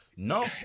No